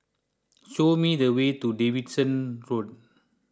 show me the way to Davidson Road